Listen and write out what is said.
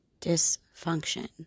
dysfunction